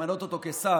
למנות אותו לשר,